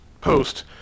post